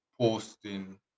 posting